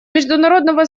международного